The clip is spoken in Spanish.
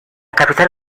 capital